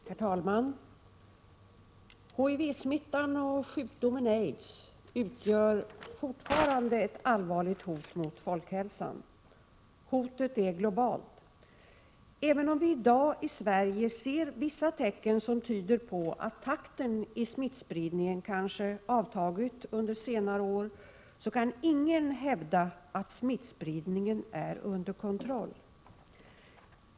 Herr talman! HIV-smittan och sjukdomen aids utgör fortfarande ett allvarligt hot mot folkhälsan. Hotet är globalt. Även om vii dag, i Sverige, ser vissa tecken som tyder på att takten i smittspridningen kanske avtagit under senare år, så kan ingen hävda att smittspridningen är under kontroll.